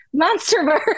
MonsterVerse